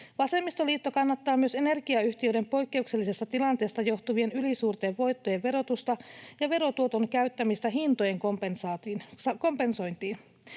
Vasemmistoliitto kannattaa myös energiayhtiöiden poikkeuksellisesta tilanteesta johtuvien ylisuurten voittojen verotusta ja verotuoton käyttämistä hintojen kompensointiin.